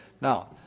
Now